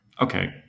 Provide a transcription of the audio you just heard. okay